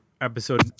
episode